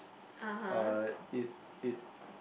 uh it it